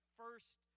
first